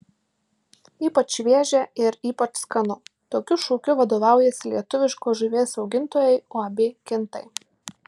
ypač šviežia ir ypač skanu tokiu šūkiu vadovaujasi lietuviškos žuvies augintojai uab kintai